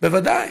בוודאי.